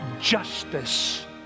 justice